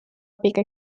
abiga